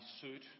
suit